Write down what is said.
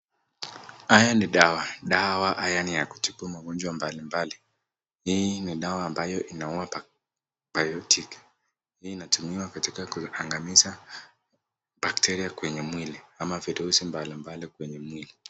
Haya ni dawa, dawa haya ni ya kutibu magonjwa mbalimbali, hii ni dawa ambayo inawaka Biotic hii inatumiwa katika kuhangamiza bacteria kwenye mwili ama virusi mbalimbali kwenye mwili.